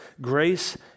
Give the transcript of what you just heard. Grace